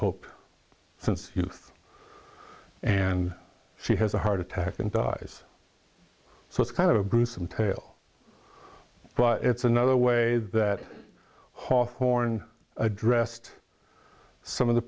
hope since youth and she has a heart attack and dies so it's kind of a gruesome tale but it's another way that hawthorne addressed some of the